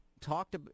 talked